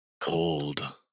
cold